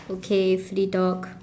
okay free talk